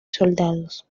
soldados